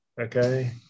Okay